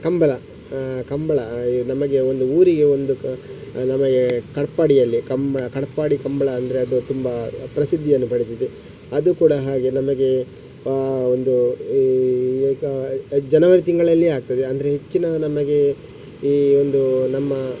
ಕಂಬಳ ಕಂಬಳ ನಮಗೆ ಒಂದು ಊರಿಗೆ ಒಂದು ಕ ನಮಗೆ ಕಟ್ಪಾಡಿಯಲ್ಲಿ ಕಂಬಳ ಕಟ್ಪಾಡಿ ಕಂಬಳ ಅಂದರೆ ಅದು ತುಂಬ ಪ್ರಸಿದ್ಧಿಯನ್ನು ಪಡೆದಿದೆ ಅದು ಕೂಡ ಹಾಗೆ ನಮಗೆ ಒಂದು ಈಗ ಜನವರಿ ತಿಂಗಳಲ್ಲಿಯೇ ಆಗ್ತದೆ ಅಂದರೆ ಹೆಚ್ಚಿನ ನಮಗೆ ಈ ಒಂದು ನಮ್ಮ